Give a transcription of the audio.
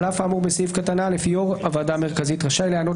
על אף האמור בסעיף קטן (א) יושב ראש הוועדה המרכזית רשאי להיענות